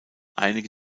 einige